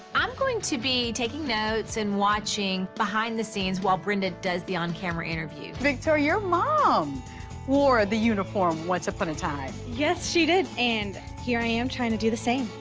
i'm going to be taking notes and watching behind the scenes while brenda does the on-camera interview. victoria, your mom wore the uniform once upon a time? yes she did and here i am, trying to do the same.